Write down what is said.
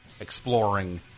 exploring